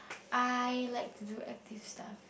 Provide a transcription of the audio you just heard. I like to do active stuff